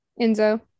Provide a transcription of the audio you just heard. Enzo